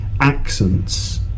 Accents